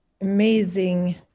amazing